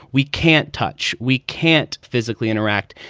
we can't touch, we can't physically interact.